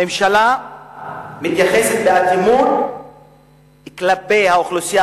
הממשלה מתייחסת באטימות כלפי האוכלוסייה